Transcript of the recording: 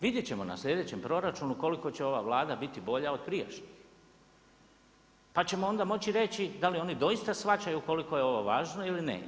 Vidjet ćemo na sljedećem proračunu koliko će ova Vlada biti bolja od prijašnje, pa ćemo onda moći reći da li oni doista shvaćaju koliko je ovo važno ili ne.